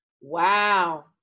wow